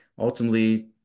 Ultimately